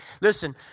Listen